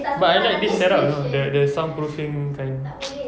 but I like this setup you know the the soundproofing kind